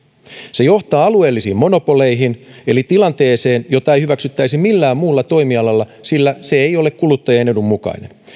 se johtaa alueellisiin monopoleihin eli tilanteeseen jota ei hyväksyttäisi millään muulla toimialalla sillä se ei ole kuluttajien edun mukainen